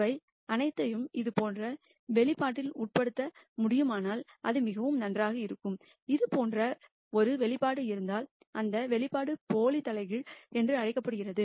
இவை அனைத்தையும் இது போன்ற ஒரு எஸ்பிரஸின் உட்படுத்த முடியுமானால் அது மிகவும் நன்றாக இருக்கும் அதுபோன்ற ஒரு வெளிப்பாடு இருந்தால் அந்த வெளிப்பாடு சூடோ இன்வெர்ஸ் என்றும் அழைக்கப்படுகிறது